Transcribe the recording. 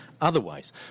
otherwise